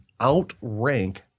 outrank